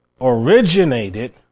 originated